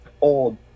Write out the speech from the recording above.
old